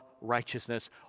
righteousness